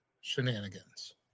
shenanigans